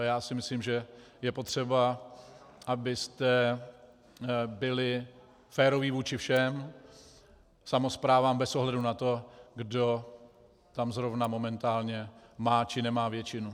To si myslím, že je potřeba, abyste byli féroví vůči všem samosprávám bez ohledu na to, kdo tam zrovna momentálně má či nemá většinu.